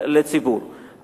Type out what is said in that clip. לציבור,